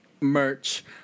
merch